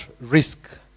risk